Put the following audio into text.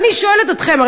ואני שואלת אתכם,